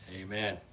amen